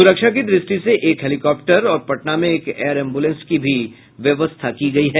सुरक्षा की दृष्टि से एक हेलीकॉप्टर और पटना में एक एयर एम्ब्रलेंस की भी व्यवस्था की गयी है